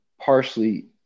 partially